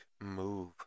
move